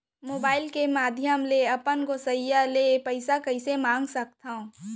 Mobile के माधयम ले अपन गोसैय्या ले पइसा कइसे मंगा सकथव?